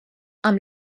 amb